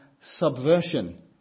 subversion